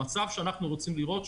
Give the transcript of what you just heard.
המצב שאנחנו רוצים לראות,